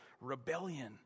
rebellion